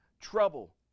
trouble